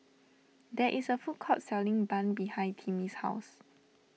there is a food court selling Bun behind Timmy's house